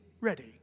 ready